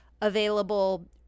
available